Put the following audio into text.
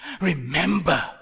remember